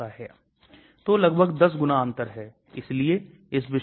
यह सभी बहुत महत्वपूर्ण हो जाते हैं और बाद में निकासी